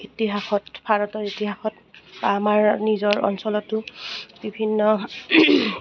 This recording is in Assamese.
ইতিহাসত ভাৰতৰ ইতিহাসত আমাৰ নিজৰ অঞ্চলতো বিভিন্ন